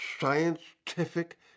scientific